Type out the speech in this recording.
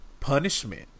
punishment